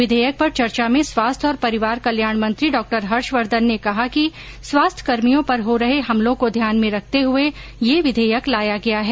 विधेयक पर चर्चा में स्वास्थ्य और परिवार कल्याण मंत्री डॉ हर्षवर्धन ने कहा कि स्वास्थ्यकर्मियों पर हो रहे हमलों को ध्यान में रखते हुए यह विधेयक लाया गया है